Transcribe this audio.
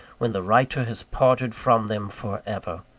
when the writer has parted from them for ever!